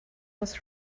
was